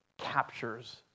captures